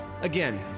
Again